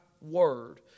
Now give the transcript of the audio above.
word